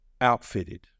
outfitted